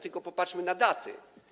Tylko popatrzmy na daty.